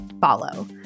follow